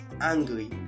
angry